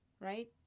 right